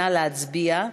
נא להצביע.